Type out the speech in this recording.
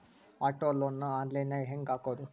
Auto loan ನ online ನ್ಯಾಗ್ ಹೆಂಗ್ ಹಾಕೊದು?